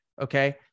Okay